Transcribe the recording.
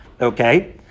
Okay